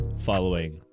following